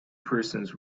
persons